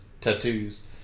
tattoos